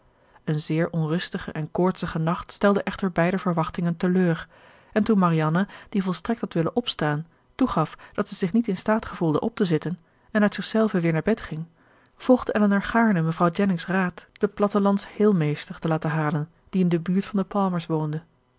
een zeer onrustige en koortsige nacht stelde echter beider verwachtingen te leur en toen marianne die volstrekt had willen opstaan toegaf dat zij zich niet in staat gevoelde op te zitten en uit zich zelve weer naar bed ging volgde elinor gaarne mevrouw jennings raad den plattelandsheelmeester te laten halen die in de buurt van de palmers woonde